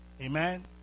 Amen